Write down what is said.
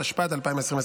התשפ"ד 2024,